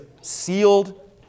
sealed